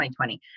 2020